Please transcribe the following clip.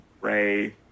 Ray